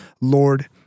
Lord